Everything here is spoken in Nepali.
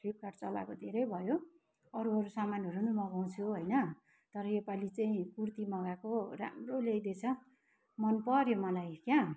फ्लिपकार्ट चलाएको धेरै भयो अरू अरू सामानहरू नि मगाउछु हैन तर योपालि चाहिँ कुर्ती मगाएको राम्रो ल्याइदिएछ मन पऱ्यो मलाई क्या